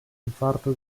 infarto